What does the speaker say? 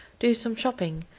do some shopping,